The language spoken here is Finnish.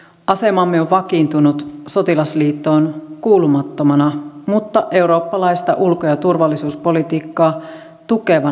asemamme on vakiintunut sotilasliittoon kuulumattomana mutta eurooppalaista ulko ja turvallisuuspolitiikkaa tukevana maana